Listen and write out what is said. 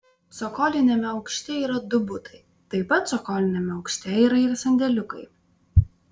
cokoliniame aukšte yra du butai taip pat cokoliniame aukšte yra ir sandėliukai